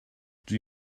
dwi